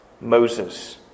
Moses